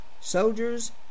Soldiers